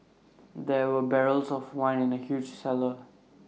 there were barrels of wine in the huge cellar